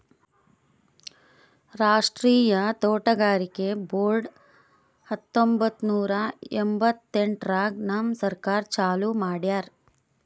ರಾಷ್ಟ್ರೀಯ ತೋಟಗಾರಿಕೆ ಬೋರ್ಡ್ ಹತ್ತೊಂಬತ್ತು ನೂರಾ ಎಂಭತ್ತೆಂಟರಾಗ್ ನಮ್ ಸರ್ಕಾರ ಚಾಲೂ ಮಾಡ್ಯಾರ್